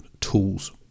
tools